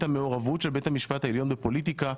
המעורבות של בית המשפט העליון בפוליטיקה,